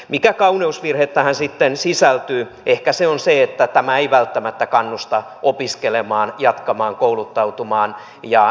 mikä kauneusvirhe tähän sitten sisältyy ehkä se on se että tämä ei välttämättä kannusta opiskelemaan jatkamaan kouluttautumista